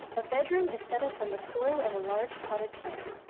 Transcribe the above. a bedroom is set up on the soil of a large potted plant.